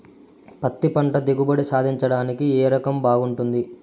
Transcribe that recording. పత్తి పంట దిగుబడి సాధించడానికి ఏ రకం బాగుంటుంది?